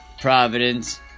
Providence